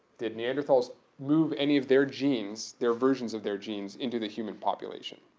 did neanderthals move any of their genes, their versions of their genes, into the human population?